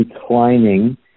declining